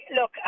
Look